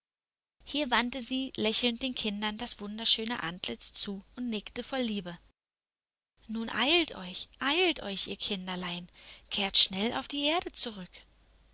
hier wandte sie lächelnd den kindern das wunderschöne antlitz zu und nickte voll liebe nun eilt euch eilt euch ihr kinderlein kehrt schnell auf die erde zurück